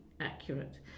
accurate